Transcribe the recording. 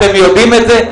אתם יודעים את זה,